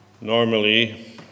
Normally